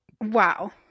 wow